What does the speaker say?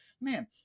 man